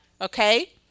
Okay